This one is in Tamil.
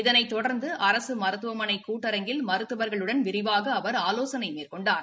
இதனைத் தொடர்ந்து அரசு மருத்துவமனை கூட்டரங்கில் மருத்துவர்களுடன் விரிவாக அவர் ஆலோசனை மேற்கொண்டார்